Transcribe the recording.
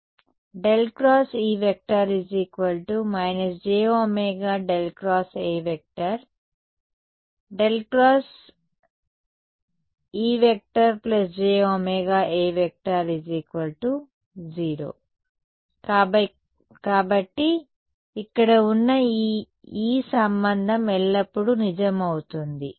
E j ω∇ × A ⇒∇ ×E jω A0 కాబట్టి ఇక్కడ ఉన్న ఈ E ఈ సంబంధం ఎల్లప్పుడూ నిజం అవుతుంది